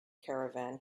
caravan